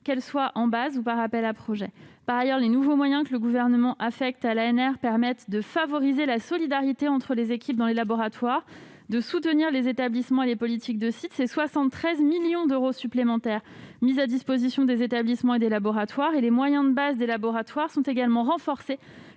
qu'elle soit en base ou par appel à projets. Par ailleurs, les nouveaux moyens que le Gouvernement affecte à l'Agence nationale de la recherche (ANR) favorisent la solidarité entre les équipes dans les laboratoires et le soutien des établissements et des politiques de sites : 73 millions d'euros supplémentaires seront mis à la disposition des établissements et des laboratoires. Les moyens de base de ces derniers seront également renforcés.